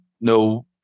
No